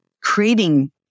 creating